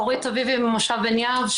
אורית אביבי ממושב בין יהב,